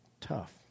tough